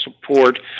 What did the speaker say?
support